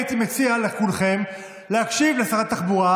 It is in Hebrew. הייתי מציע לכולכם להקשיב לשרת התחבורה,